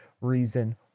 reason